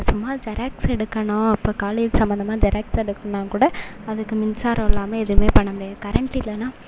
சும்மா ஜெராக்ஸ் எடுக்கணும் அப்போ காலேஜ் சம்மந்தமாக ஜெராக்ஸ் எடுக்கணுனால் கூட அதுக்கு மின்சாரம் இல்லாமல் எதுவுமே பண்ண முடியாது கரெண்ட் இல்லைனா